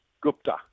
Gupta